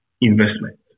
investment